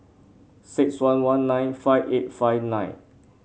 six one one nine five eight five nine